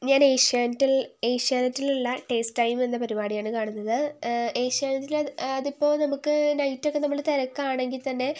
ഞാൻ ഏഷ്യാനെറ്റിൽ ഏഷ്യാനെറ്റിലുള്ള ടേസ്റ്റ് ടൈം എന്ന പരുപാടി ആണ് കാണുന്നത് ഏഷ്യാനെറ്റിൽ അതിപ്പോൾ നമുക്ക് നൈറ്റൊക്കെ നമ്മൾ തിരക്കാണെങ്കിൽത്തന്നെ